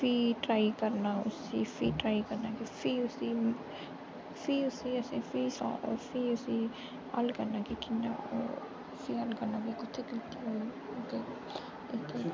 उसी ट्राई करना उसी भी ट्राई करना फ्ही उसी फ्ही उसी असें फ्ही सॉल्व करना फ्ही उसी हल्ल करना की कि'यां ओह् उसी हल्ल करना की ओह् कु'त्थें गलती आई गलती होई